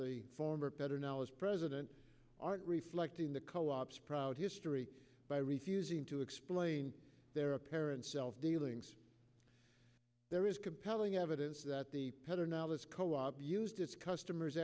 the former better now is president aren't reflecting the co op's proud history by refusing to explain their apparent self dealings there is compelling evidence that the pets are now this co op used its customers